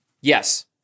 Yes